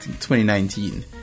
2019